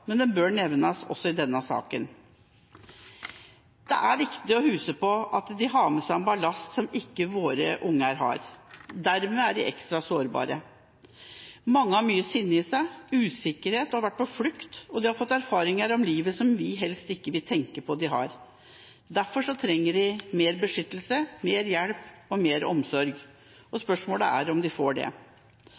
men den bør nevnes også i denne saken. Det er viktig å huske på at de har med seg en ballast som ikke våre unger har. Dermed er de ekstra sårbare. Mange har mye sinne og usikkerhet i seg, de har vært på flukt, og de har fått erfaringer om livet som vi helst ikke vil tenke på at de har. Derfor trenger de mer beskyttelse, mer hjelp og mer omsorg. Spørsmålet er om de får det.